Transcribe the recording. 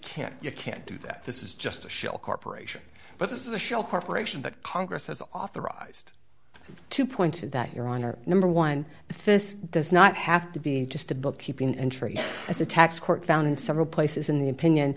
can't you can't do that this is just a shell corporation but this is a shell corporation that congress has authorized to point to that your honor number one thess does not have to be just a bookkeeping entry as a tax court found in several places in the opinion